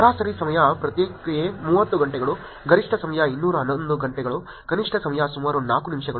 ಸರಾಸರಿ ಸಮಯ ಪ್ರತಿಕ್ರಿಯೆ 30 ಗಂಟೆಗಳು ಗರಿಷ್ಠ ಸಮಯ 211 ಗಂಟೆಗಳು ಕನಿಷ್ಠ ಸಮಯ ಸುಮಾರು 4 ನಿಮಿಷಗಳು